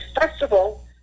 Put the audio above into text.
festival